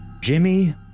Jimmy